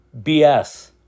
BS